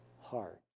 heart